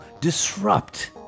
disrupt